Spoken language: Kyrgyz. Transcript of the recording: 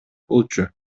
болчу